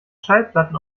schallplatten